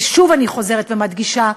ושוב אני חוזרת ומדגישה,